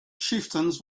chieftains